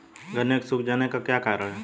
गन्ने के सूख जाने का क्या कारण है?